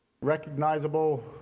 recognizable